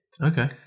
Okay